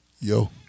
Yo